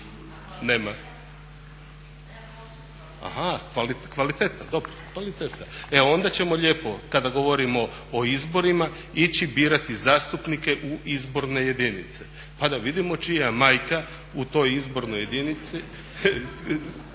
čuje./… Aha, kvaliteta, kvaliteta. E onda ćemo lijepo kada govorimo o izborima ići birati zastupnike u izborne jedinice pa da vidimo čija majka u toj izbornoj jedinici